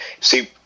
see